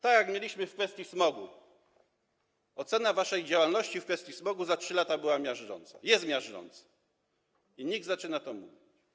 Tak jak mieliśmy w kwestii smogu - ocena waszej działalności w kwestii smogu za 3 lata była miażdżąca, jest miażdżąca, i NIK zaczyna to mówić.